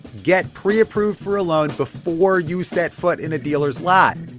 get preapproved for a loan before you set foot in a dealer's lot.